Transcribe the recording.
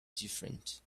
different